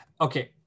okay